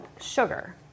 sugar